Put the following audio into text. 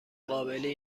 قابلی